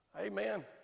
Amen